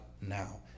now